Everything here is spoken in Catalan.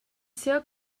seva